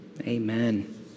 amen